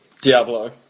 Diablo